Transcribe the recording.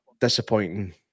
disappointing